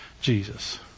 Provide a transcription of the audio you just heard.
Jesus